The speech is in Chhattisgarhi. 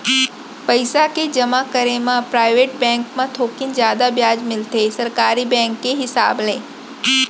पइसा के जमा करे म पराइवेट बेंक म थोकिन जादा बियाज मिलथे सरकारी बेंक के हिसाब ले